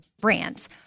brands